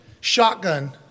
shotgun